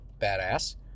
badass